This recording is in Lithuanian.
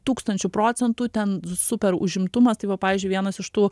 tūkstančiu procentų ten super užimtumas tai va pavyzdžiui vienas iš tų